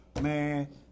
Man